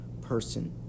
person